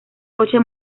coche